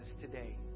today